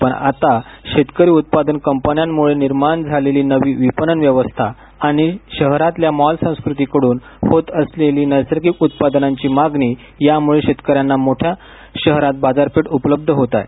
पण आता शेतकरी उत्पादक कंपन्यांमुळे निर्माण झालेली नवी विपणन व्यवस्था आणि शहरातल्या मॉल संस्कृती कडून होत असलेली नैसर्गिक उत्पादनांची मागणी यामुळे शेतकऱ्यांना मोठ्या शहरात बाजारपेठ उपलब्ध आहे